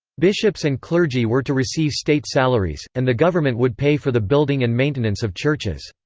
bishops and clergy were to receive state salaries, and the government would pay for the building and maintenance of churches.